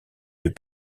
deux